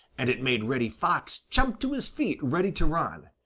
and it made reddy fox jump to his feet ready to run.